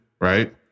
right